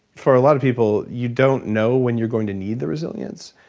for a lot of people, you don't know when you're going to need the resilience.